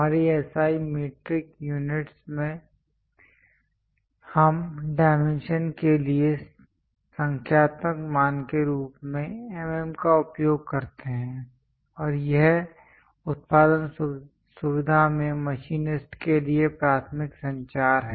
हमारी SI metric units में हम डायमेंशन के लिए संख्यात्मक मान के रूप में mm का उपयोग करते हैं और यह उत्पादन सुविधा में मशीनिस्ट के लिए प्राथमिक संचार है